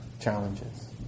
challenges